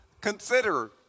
consider